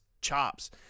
chops